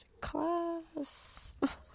class